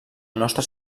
nostre